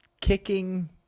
kicking